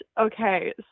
Okay